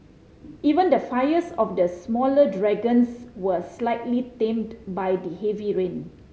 even the fires of the smaller dragons were slightly tamed by the heavy rain